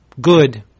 Good